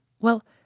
Well